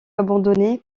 abandonné